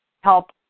help